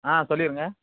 ஆ சொல்லியிருங்க